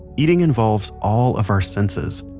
eating involves all of our senses.